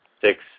six